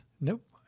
Nope